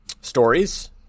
stories